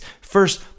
First